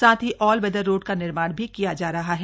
साथ ही all weather road का निर्माण भी किया जा रहा है